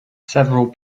several